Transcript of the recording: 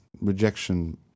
rejection